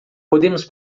podemos